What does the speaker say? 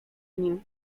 nim